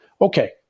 Okay